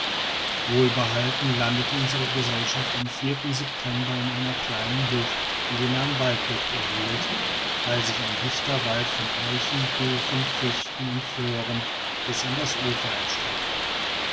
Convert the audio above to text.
wohlbehalten landete unsere gesellschaft am september in einer kleinen bucht die den namen waldbucht erhielt weil sich ein dichter wald von eichen buchen fichten und föhren bis an das ufer erstreckte